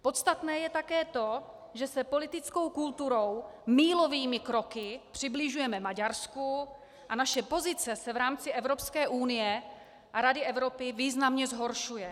Podstatné je také to, že se politickou kulturou mílovými kroky přibližujeme Maďarsku a naše pozice se v rámci Evropské unie a Rady Evropy významně zhoršuje.